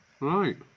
right